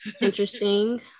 interesting